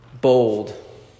bold